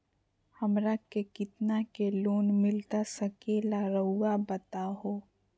हमरा के कितना के लोन मिलता सके ला रायुआ बताहो?